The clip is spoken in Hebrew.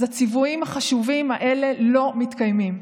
אז הציוויים החשובים האלה לא מתקיימים.